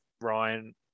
Ryan